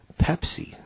Pepsi